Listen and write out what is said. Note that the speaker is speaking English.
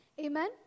Amen